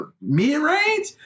mid-range